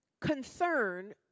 concern